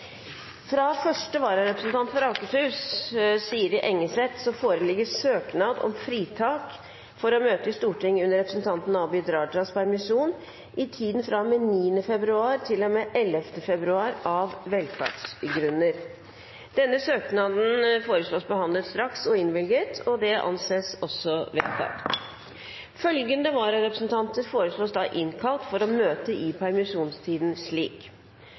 Fra første vararepresentant for Akershus, Siri Engesæth, foreligger søknad om fritak for å møte i Stortinget i tiden fra og med 9. februar til og med 11. februar under representanten Abid Q. Rajas permisjon, av velferdsgrunner. Etter forslag fra presidenten ble enstemmig besluttet: Søknaden behandles straks og innvilges. Følgende vararepresentanter innkalles for å møte i permisjonstiden slik: